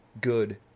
good